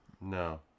no